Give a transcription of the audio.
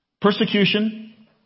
Persecution